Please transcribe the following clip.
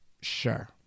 sure